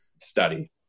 study